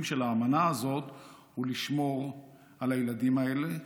של האמנה הזאת הוא לשמור על הילדים האלה,